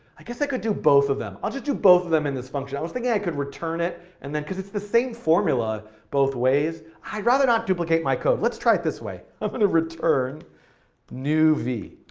i guess i could do both of them. i'll just do both of them in this function. i was thinking i could return it, and then cause it's the same formula both ways, i'd rather not duplicate my code. let's try it this way. i'm going to return newv.